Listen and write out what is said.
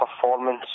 performance